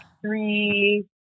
three